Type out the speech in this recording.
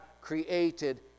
created